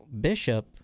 Bishop